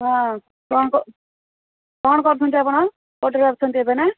ହଁ କ'ଣ କରୁଛନ୍ତି ଆପଣ କୋର୍ଟରେ ଅଛନ୍ତି ଏବେ ନା